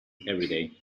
everyday